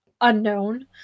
unknown